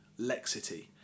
Lexity